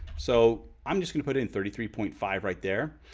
so i'm just gonna put it in thirty three point five right there.